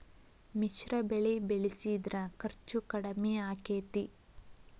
ಮಿಶ್ರ ಬೆಳಿ ಬೆಳಿಸಿದ್ರ ಖರ್ಚು ಕಡಮಿ ಆಕ್ಕೆತಿ?